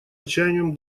отчаянием